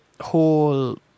whole